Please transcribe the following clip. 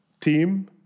team